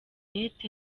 umwete